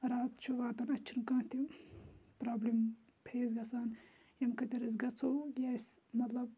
رات چھُ واتان اَسہِ چھِنہِ کانٛہہ تہِ پرابلِم فیس گَژھان ییٚمہِ خٲطرٕ أسۍ گَژھو یہِ اَسہِ مَطلَب